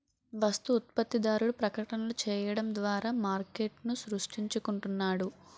వస్తు ఉత్పత్తిదారుడు ప్రకటనలు చేయడం ద్వారా మార్కెట్ను సృష్టించుకుంటున్నాడు